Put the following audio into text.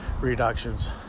reductions